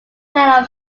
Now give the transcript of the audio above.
town